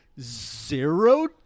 Zero